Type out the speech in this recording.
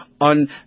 on